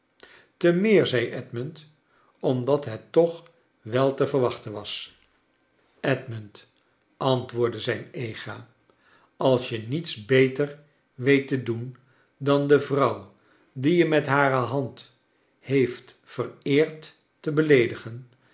te meer zei edmund omdat het toch wel te verwachten was edmund antwoordde zijn ega als je niets beter weet te doen dan de vrouw die je met hare hand heeft vereerd te beleedigen